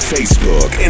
Facebook